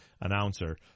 announcer